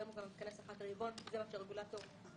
היום הוא כבר מתכנס אחת לרבעון כי זה מה שהרגולטור מחייב.